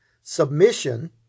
Submission